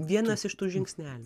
vienas iš tų žingsnelių